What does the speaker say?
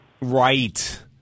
Right